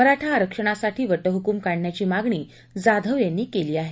मराठा आरक्षणासाठी व िह्कूम काढण्याची मागणी जाधव यांनी केली आहे